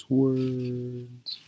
words